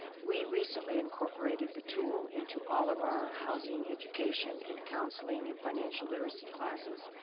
we recently incorporated the tool into all of our housing education and counseling and financial literacy classes.